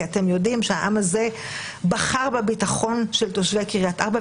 כי אתם יודעים שהעם הזה בחר בביטחון של תושבי קריית ארבע,